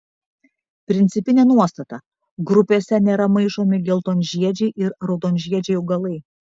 principinė nuostata grupėse nėra maišomi geltonžiedžiai ir raudonžiedžiai augalai